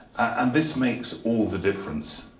and this makes all the difference.